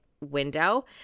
window